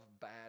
bad